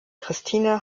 christine